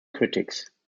critics